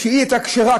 שהייתה כשרה,